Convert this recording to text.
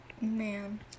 man